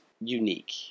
unique